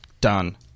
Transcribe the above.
Done